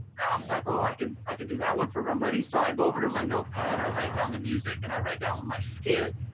um so like, oh, i can, i could do that one for run buddy. so i go over to my notepad, i write down the music and i write down my skit.